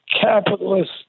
capitalist